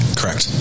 Correct